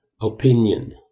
Opinion